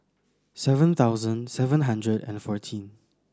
seven thousand seven hundred and fourteen